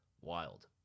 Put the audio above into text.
Wild